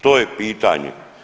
To je pitanje.